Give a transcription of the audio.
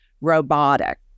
robotic